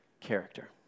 character